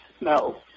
No